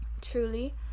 Truly